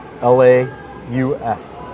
l-a-u-f